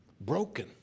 broken